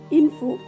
info